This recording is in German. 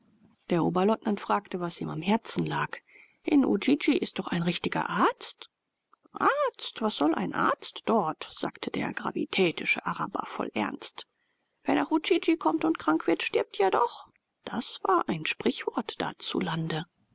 der oberleutnant fragte was ihm am herzen lag in udjidji ist doch ein richtiger arzt arzt was soll ein arzt dort sagte der gravitätische araber voll ernst wer nach udjidji kommt und krank wird stirbt ja doch das war ein sprichwort dazulande